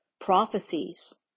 prophecies